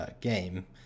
game